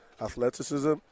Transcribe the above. athleticism